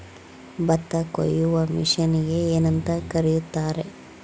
ಭತ್ತ ಕೊಯ್ಯುವ ಮಿಷನ್ನಿಗೆ ಏನಂತ ಕರೆಯುತ್ತಾರೆ?